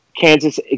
Kansas